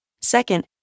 Second